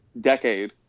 decade